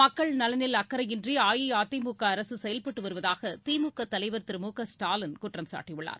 மக்கள் நலனில் அக்கறையின்றி அஇஅதிமுக அரசு செயல்பட்டு வருவதாக திமுக தலைவர் திரு மு க ஸ்டாலின் குற்றம் சாட்டியுள்ளார்